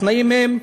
התנאים הם